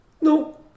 No